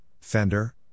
Fender